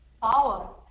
power